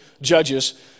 judges